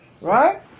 Right